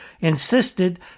insisted